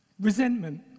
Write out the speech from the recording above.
resentment